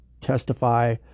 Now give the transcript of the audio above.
testify